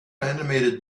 animated